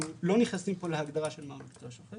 לא נכנסים כאן להגדרה של מהו מקצוע שוחק